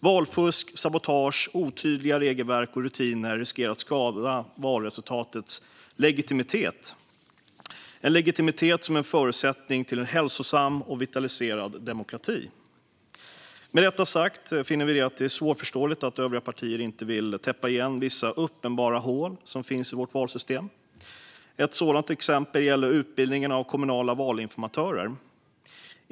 Valfusk, sabotage och otydliga regelverk och rutiner riskerar att skada valresultatets legitimitet, en legitimitet som är en förutsättning för en hälsosam och vitaliserad demokrati. Med detta sagt finner vi det svårförståeligt att övriga partier inte vill täppa igen vissa uppenbara hål i vårt valsystem. Ett sådant exempel gäller utbildningen av kommunala valinformatörer.